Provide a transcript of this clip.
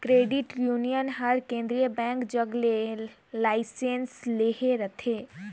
credit union हर केंद्रीय bank जग ले लाइसेंस लेहे रहथे